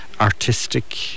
artistic